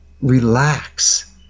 relax